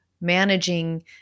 managing